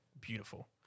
beautiful